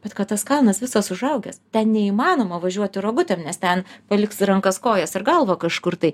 bet kad tas kalnas visas užaugęs ten neįmanoma važiuoti rogutėm nes ten paliksi rankas kojas ir galvą kažkur tai